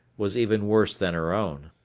was even worse than her own.